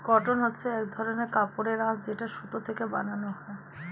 cotton হচ্ছে এক ধরনের কাপড়ের আঁশ যেটা সুতো থেকে বানানো হয়